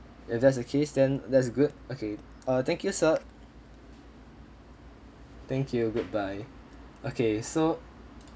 if that's the case then that's good okay uh thank you sir thank you goodbye okay so